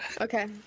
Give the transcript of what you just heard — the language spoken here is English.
Okay